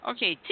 Okay